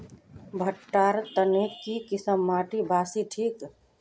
भुट्टा र तने की किसम माटी बासी ठिक?